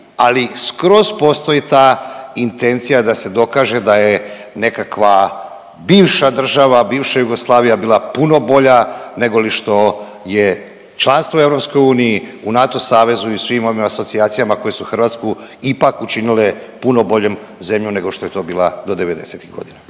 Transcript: ali skroz postoji ta intencija da se dokaže da je nekakva bivša država, bivša Jugoslavija bila bolja nego li što je članstvo u EU, u NATO savezu i svim ovim asocijacijama koje su Hrvatsku ipak učinile puno boljom zemljom nego što je to bila do 90-ih godina.